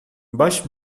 busch